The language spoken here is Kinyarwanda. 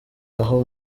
naho